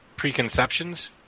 Preconceptions